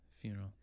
funeral